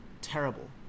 Terrible